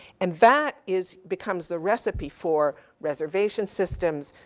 and that is, becomes the recipe for reservations systems,